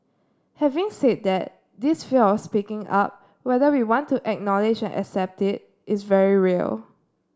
having said that this fear of speaking up whether we want to acknowledge and accept it is very real